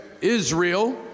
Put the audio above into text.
Israel